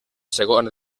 segona